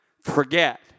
forget